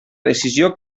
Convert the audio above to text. decisió